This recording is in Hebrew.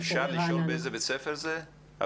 אפשר לשאול מה בית הספר שלך?